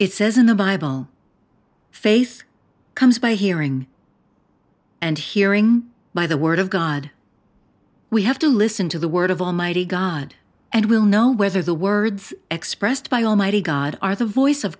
it says in the bible faith comes by hearing and hearing by the word of god we have to listen to the word of almighty god and will know whether the words expressed by almighty god are the voice of